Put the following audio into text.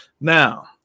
Now